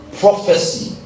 prophecy